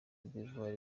d’ivoire